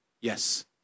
Yes